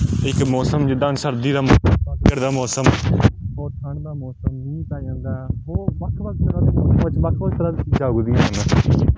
ਇੱਕ ਮੌਸਮ ਜਿੱਦਾਂ ਸਰਦੀ ਦਾ ਮੌਸਮ ਪੱਤਝੜ ਦਾ ਮੌਸਮ ਹੋਰ ਠੰਡ ਦਾ ਮੌਸਮ ਮੀਂਹ ਪੈ ਜਾਂਦਾ ਆ ਹੋਰ ਵੱਖ ਵੱਖ ਤਰ੍ਹਾਂ ਦੇ ਵੱਖ ਵੱਖ ਤਰ੍ਹਾਂ ਦੀਆਂ ਚੀਜ਼ਾਂ ਉੱਗਦੀਆਂ ਹਨ